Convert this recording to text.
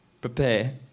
prepare